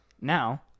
now